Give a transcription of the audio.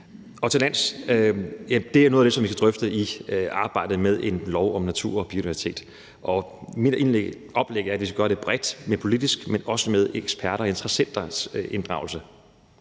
på land, så er det noget af det, som vi skal drøfte i arbejdet med en lov om natur og biodiversitet. Mit oplæg er, at vi skal gøre det bredt politisk set, men også med eksperter og interessenters inddragelse.